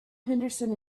henderson